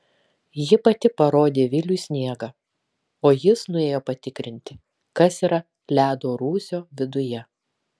ji pati parodė viliui sniegą o jis nuėjo patikrinti kas yra ledo rūsio viduje